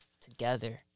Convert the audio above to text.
together